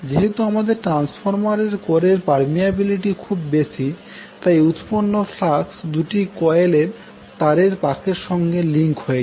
যেহেতু আমাদের ট্রান্সফরমারের কোরের পার্মিয়াবিলিটি খুব বেশি তাই উৎপন্ন ফ্লাক্স দুটি কোয়েলের তারের পাকের সঙ্গে লিংক হয়ে যাবে